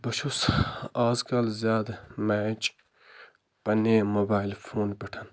بہٕ چھُس آز کَل زیادٕ میچ پَنٛنے موبایِل فونہٕ پٮ۪ٹھ